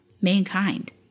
mankind